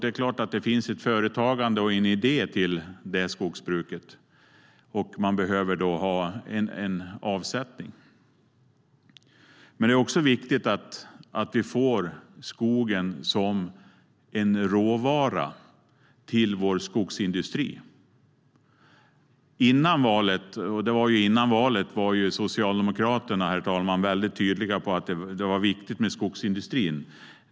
Det är klart att det finns ett företagande och en idé runt det skogsbruket, och man behöver ha en avsättning. Men det är också viktigt att vi får använda skogen som en råvara till vår skogsindustri. Före valet var Socialdemokraterna, herr talman, väldigt tydliga med att skogsindustrin var viktig.